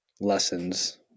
lessons